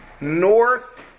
North